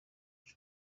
byo